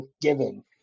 given